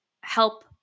help